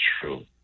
true